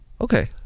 Okay